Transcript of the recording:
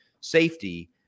safety